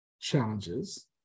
challenges